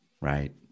Right